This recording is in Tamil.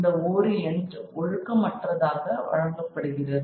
இந்த ஓரியன்ட் ஒழுக்கம் அற்றதாக வழங்கப்படுகிறது